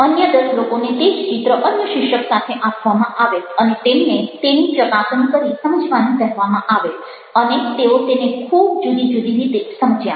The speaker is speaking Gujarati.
અન્ય 10 લોકોને તે જ ચિત્ર અન્ય શીર્ષક સાથે આપવામાં આવેલ અને તેમને તેની ચકાસણી કરી સમજવાનું કહેવામાં આવેલ અને તેઓ તેને ખૂબ જુદી જુદી રીતે સમજ્યા